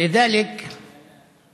ולכן